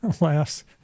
laughs